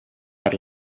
per